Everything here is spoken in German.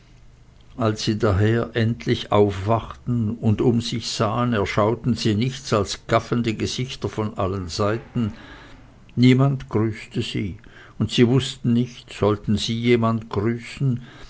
als sie daher endlich aufwachten und um sich sahen erschauten sie nichts als gaffende gesichter von allen seiten niemand grüßte sie und sie wußten nicht sollten sie jemand grüßen